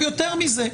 יותר מזה,